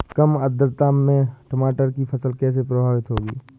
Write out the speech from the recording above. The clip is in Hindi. कम आर्द्रता में टमाटर की फसल कैसे प्रभावित होगी?